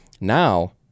Now